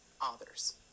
others